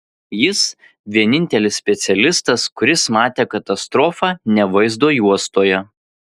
jis vienintelis specialistas kuris matė katastrofą ne vaizdo juostoje